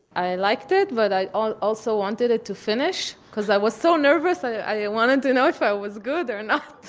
i liked it, but i i also wanted it to finish, cuz' i was so nervous, i wanted to know if i was good or not.